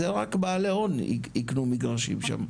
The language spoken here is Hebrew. רק בעלי הון יקנו מגרשים שם.